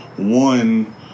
One